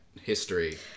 history